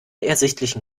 ersichtlichen